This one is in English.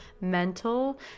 mental